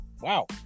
Wow